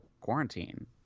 quarantine